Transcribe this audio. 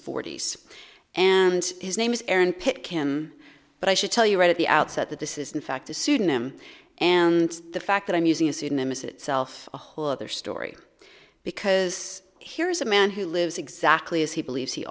forty's and his name is aaron pecan but i should tell you right at the outset that this is in fact a pseudonym and the fact that i'm using a pseudonym is itself a whole other story because here's a man who lives exactly as he believes he